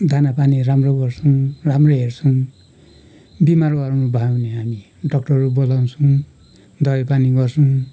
दाना पानी राम्रो गर्छौँ राम्रो हेर्छौँ बिमारहरू पनि भयो भने हामी डक्टरहरू बोलाउँछौँ दबाई पानी गर्छौँ